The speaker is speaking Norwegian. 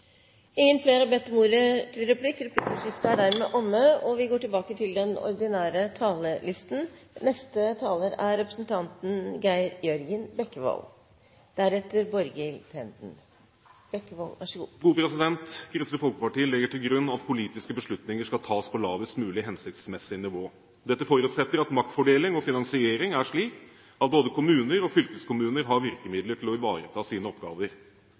Replikkordskiftet er omme. Kristelig Folkeparti legger til grunn at politiske beslutninger skal tas på lavest mulig hensiktsmessige nivå. Dette forutsetter at maktfordeling og finansiering er slik at både kommuner og fylkeskommuner har virkemidler til å ivareta sine oppgaver.